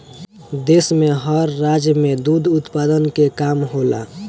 देश में हर राज्य में दुध उत्पादन के काम होला